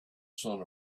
sun